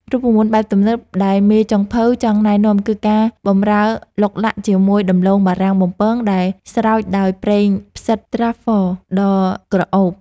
រូបមន្តបែបទំនើបដែលមេចុងភៅចង់ណែនាំគឺការបម្រើឡុកឡាក់ជាមួយដំឡូងបារាំងបំពងដែលស្រោចដោយប្រេងផ្សិតត្រាហ្វហ្វល (Truffle) ដ៏ក្រអូប។